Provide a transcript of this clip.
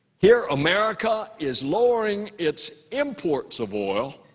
here america is lowering its imports of oil.